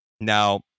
Now